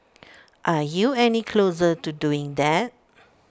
are you any closer to doing that